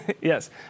Yes